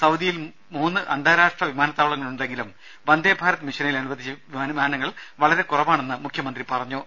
സൌദിയിൽ മൂന്നു അന്താരാഷ്ട്ര വിമാനത്താവളങ്ങളുണ്ടെങ്കിലും വന്ദേഭാരത് മിഷനിൽ അനുവദിച്ച വിമാനങ്ങൾ വളരെ കുറവാണെന്ന് മുഖ്യമന്ത്രി പറഞ്ഞു